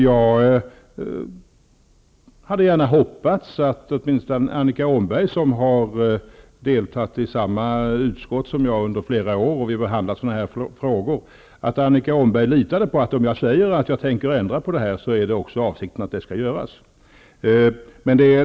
Jag hade gärna hoppats att åtminstone Annika Åhnberg, som i flera år har deltagit i samma utskott som jag och som där har varit med vid behandlingen av sådan här frågor, litade på att jag, när jag säger att jag tänker ändra på detta, också har för avsikt att göra det.